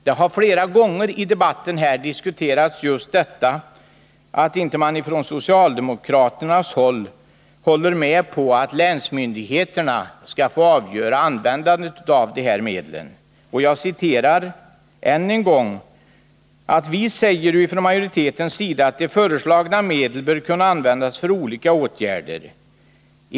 Men flera gånger i debatten har man tagit upp att socialdemokraterna inte vill gå med på att länsmyndigheterna skall få avgöra hur dessa medel skall användas. Jag vill citera vad vi från utskottsmajoritetens sida säger i detta sammanhang: ”De föreslagna medlen bör kunna användas för olika åtgärder.